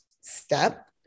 step